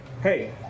hey